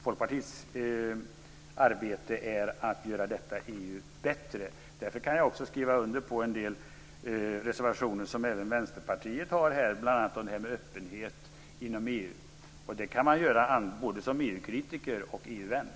Folkpartiets arbete går ut på att göra detta EU bättre. Därför kan jag skriva under på en del reservationer också från Vänsterpartiet, bl.a. om öppenhet inom EU. Det kan man göra både som EU-kritiker och EU